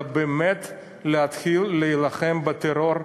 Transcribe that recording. ובאמת להתחיל להילחם בטרור,